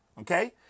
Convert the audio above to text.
Okay